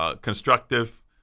constructive